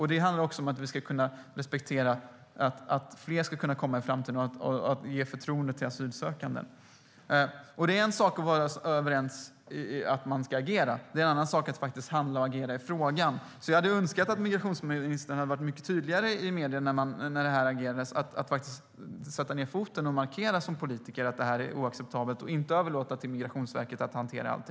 Det handlar också om att vi ska kunna respektera att fler ska kunna komma i framtiden och att ge förtroende till asylsökande. Det är en sak att vara överens om att man ska agera och en annan sak att faktiskt handla och agera i frågan. Jag hade önskat att migrationsministern hade varit mycket tydligare i medierna och hade satt ned foten och som politiker hade markerat att detta är oacceptabelt i stället för att överlåta till Migrationsverket att hantera allt.